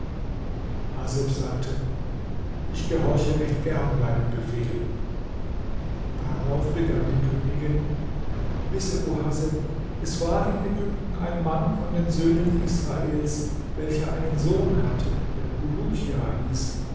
haseb sagte ich gehorche recht gern deinem befehl darauf begann die königin wisse o haseb es war in ägypten ein mann von den söhnen israels welcher einen sohn hatte der bulukia hieß